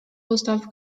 gustav